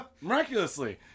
Miraculously